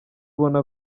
ubona